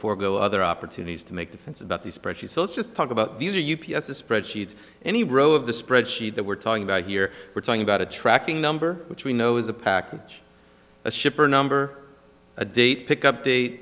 forego other opportunities to make difference about these pressures so let's just talk about these are u p s a spreadsheet any row of the spreadsheet that we're talking about here we're talking about a tracking number which we know is a package a shipper number a date pick up the